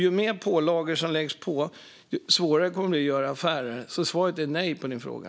Ju fler pålagor som läggs på, desto svårare kommer det bli att göra affärer. Svaret är alltså nej på din fråga.